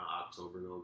October